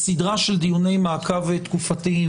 בסדרה של דיוני מעקב תקופתיים,